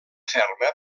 ferma